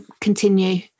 continue